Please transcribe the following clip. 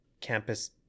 campus